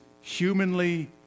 humanly